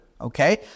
Okay